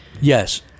Yes